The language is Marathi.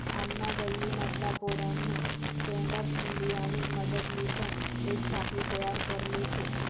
आमना गल्ली मधला पोऱ्यानी स्टँडअप इंडियानी मदतलीसन येक साखळी तयार करले शे